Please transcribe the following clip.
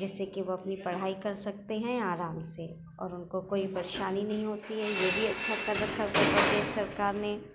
جس سے کہ وہ اپنی پڑھائی کر سکتے ہیں آرام سے اور ان کو کوئی پریشانی نہیں ہوتی ہے یہ بھی اچھا کر رکھا ہے اترپردیش سرکار نے